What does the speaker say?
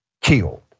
killed